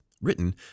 written